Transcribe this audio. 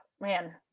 man